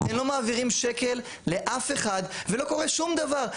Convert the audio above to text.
הם לא מעבירים שקל לאף אחד ולא קורה שום דבר.